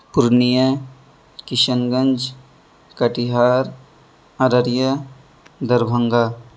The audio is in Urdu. پورنیہ کشن گنج کٹیہار ارریہ دربھنگہ